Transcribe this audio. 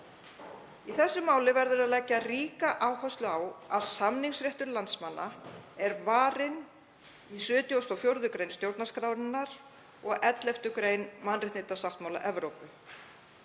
Í þessu máli verður að leggja ríka áherslu á að samningsréttur landsmanna er varinn í 74. gr. stjórnarskrárinnar og 11. gr. mannréttindasáttmála Evrópu.